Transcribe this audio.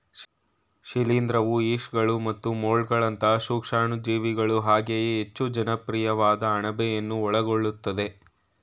ಶಿಲೀಂಧ್ರವು ಯೀಸ್ಟ್ಗಳು ಮತ್ತು ಮೊಲ್ಡ್ಗಳಂತಹ ಸೂಕ್ಷಾಣುಜೀವಿಗಳು ಹಾಗೆಯೇ ಹೆಚ್ಚು ಜನಪ್ರಿಯವಾದ ಅಣಬೆಯನ್ನು ಒಳಗೊಳ್ಳುತ್ತದೆ